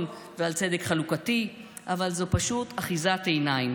ועל צדק חלוקתי אבל זו פשוט אחיזת עיניים,